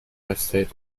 estate